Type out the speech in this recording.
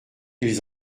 ils